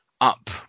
up